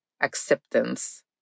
acceptance